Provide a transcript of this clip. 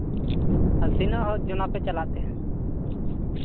ᱟᱨ ᱛᱤᱱᱟᱹᱜ ᱦᱚᱲ ᱡᱚᱱᱟ ᱯᱮ ᱪᱟᱞᱟᱜ ᱛᱮ